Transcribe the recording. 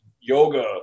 yoga